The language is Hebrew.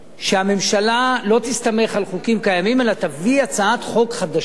שהממשלה לא תסתמך על חוקים קיימים אלא תביא הצעת חוק חדשה